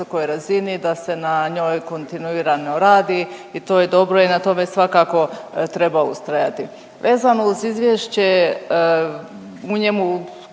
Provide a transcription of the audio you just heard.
da se na njoj kontinuirano radi i to je dobro i na tome svakako treba ustrajati. Vezano uz izvješće u njemu